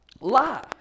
lie